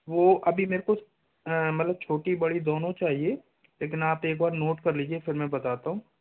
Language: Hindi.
वो अभी मुझे मतलब छोटी बड़ी दोनों चाहिए इतना आप एक बार नोट कर लीजिए फिर मैं बताता हूँ